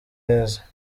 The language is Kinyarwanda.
neza